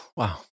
Wow